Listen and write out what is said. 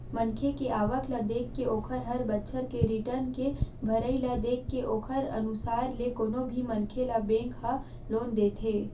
मनखे के आवक ल देखके ओखर हर बछर के रिर्टन के भरई ल देखके ओखरे अनुसार ले कोनो भी मनखे ल बेंक ह लोन देथे